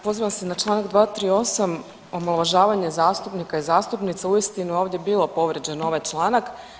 Pozivam se na čl. 238. omalovažavanje zastupnika i zastupnica, uistinu je ovdje bilo povrijeđen ovaj članak.